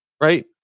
right